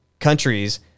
countries